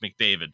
McDavid